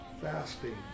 fasting